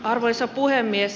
arvoisa puhemies